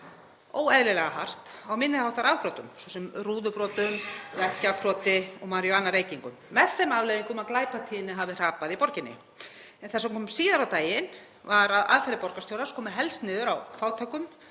óeðlilega hart á minni háttar afbrotum, svo sem rúðubrotum, veggjakroti og maríjúanareykingum með þeim afleiðingum að glæpatíðni hafi hrapað í borginni. Það sem kom síðan á daginn var að aðferðir borgarstjórans komu helst niður á fátækum